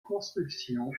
constructions